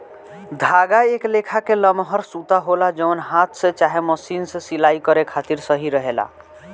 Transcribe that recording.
धागा एक लेखा के लमहर सूता होला जवन हाथ से चाहे मशीन से सिलाई करे खातिर सही रहेला